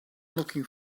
looking